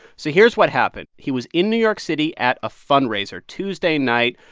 so here's what happened. he was in new york city at a fundraiser tuesday night.